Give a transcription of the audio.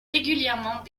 régulièrement